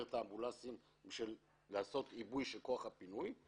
את האמבולנסים ולעשות עיבוי של כוח הפינוי.